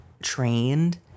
Trained